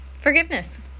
Forgiveness